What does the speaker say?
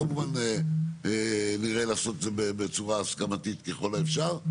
כמובן נראה איך לעשות את זה בצורה הסכמתית ככל האפשר.